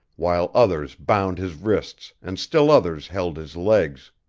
while others bound his wrists and still others held his legs.